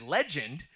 Legend